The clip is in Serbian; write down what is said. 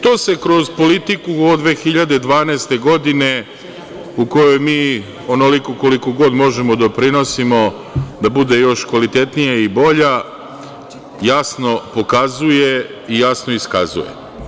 To se kroz politiku, od 2012. godine, u kojoj mi onoliko, koliko god možemo doprinosimo, da bude još kvalitetnije i bolja, jasno pokazuje i jasno iskazuje.